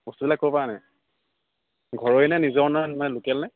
বস্তুবিলাক ক'ৰ পৰা আনে ঘৰৰে নিজৰ নে নে লোকেল নে